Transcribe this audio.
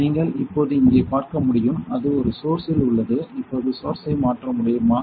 நீங்கள் இப்போது இங்கே பார்க்க முடியும் அது ஒரு சோர்ஸ்சில் உள்ளது இப்போது சோர்ஸ்சை மாற்ற முடியுமா